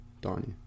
Donnie